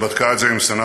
שבדקה את זה עם סנטורים,